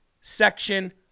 section